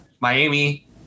Miami